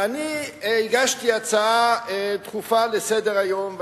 ואני הגשתי הצעה דחופה לסדר-היום,